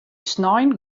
snein